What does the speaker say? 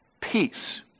Peace